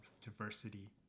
Diversity